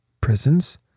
prisons